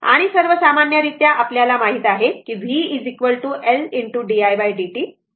आणि सर्वसामान्य रित्या आपल्याला माहित आहे की v L didt